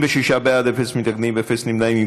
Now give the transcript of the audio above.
26 בעד, אפס מתנגדים, אפס נמנעים.